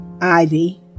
ivy